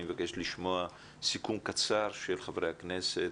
אני מבקש לשמוע סיכום קצר של חברי הכנסת.